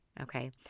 Okay